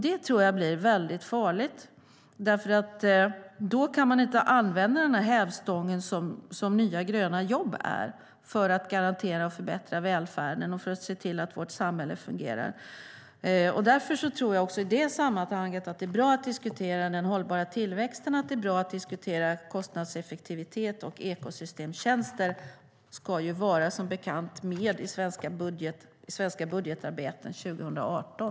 Det tror jag blir farligt, för då kan man inte använda den hävstång som nya gröna jobb är för att garantera och förbättra välfärden och se till att vårt samhälle fungerar. Därför tror jag att det i det sammanhanget är bra att diskutera den hållbara tillväxten. Kostnadseffektivitet och ekosystemstjänster ska som bekant vara med i det svenska budgetarbetet 2018.